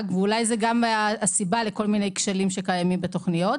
ואולי זו גם הסיבה לכל מיני כשלים שקיימים בתוכניות.